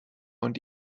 und